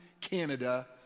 Canada